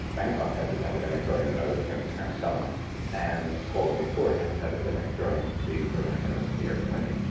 bangkok has its epidemic during the northern hemisphere summer and kuala lumpur has its epidemic during the northern hemisphere winter.